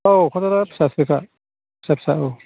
औ खाजलगावआव फिसासोखा फिसा फिसा औ